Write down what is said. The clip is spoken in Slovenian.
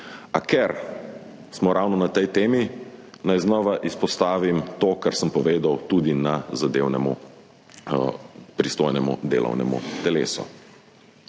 A ker smo ravno pri tej temi, naj znova izpostavim to, kar sem povedal tudi na zadevnem pristojnem delovnem telesu.